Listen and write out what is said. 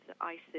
ISIS